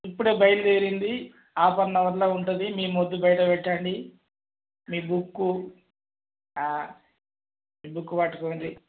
ఇప్పుడే బయల్దేరింది half an అవర్లో ఉంటుంది మీ మొద్దు బయటపెట్టండి మీ బుక్కు మీ బుక్కు పట్టుకోండి